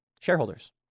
Shareholders